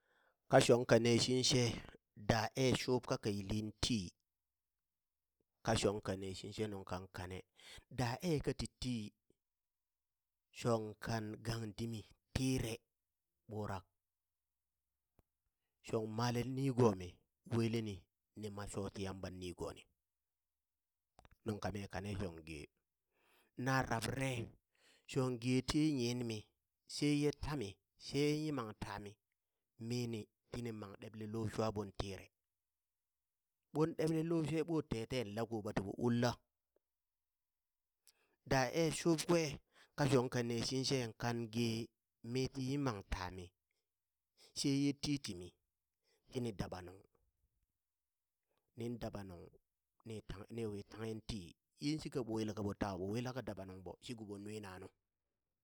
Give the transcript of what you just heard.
Ka shong kane shit she daa ee shuub kaka̱ yiliŋ tii, ka shong ka neshiŋshe nuŋ kan kane daa ee kati tii shong kan gang dimi tiire ɓurak, shong male nigomi weleni ni ma shoti Yamba nigoni, nuŋ kamii kane shong gee, na rabrare shong getiye yinmi, sheye tami, sheye yimang taami, mini tini mang ɗeble loo shwaɓoŋ tiire, ɓoŋ ɗeɓle loo shwe ɓo teten lako ɓa ti ɓo ul la? daa ee shuub kwe ka shong ka neshit she kan ge miti yimang tami, sheye titimi, tini daɓa nuŋ, niŋ daɓa nuŋ ni tangh niwi tanghe tii yinshika ɓo yelka ɓo taa ɓo wi laka daɓa nuŋɓo shi kibo nwina nu.